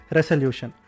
Resolution